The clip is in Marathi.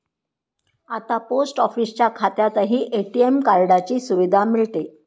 आता पोस्ट ऑफिसच्या खात्यातही ए.टी.एम कार्डाची सुविधा मिळते